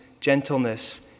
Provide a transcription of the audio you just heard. gentleness